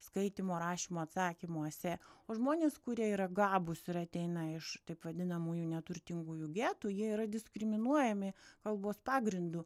skaitymo rašymo atsakymuose o žmonės kurie yra gabūs ir ateina iš taip vadinamųjų neturtingųjų getų jie yra diskriminuojami kalbos pagrindu